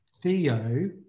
theo